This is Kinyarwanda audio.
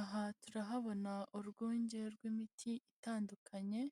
Aha turahabona urwunge rw'imiti itandukanye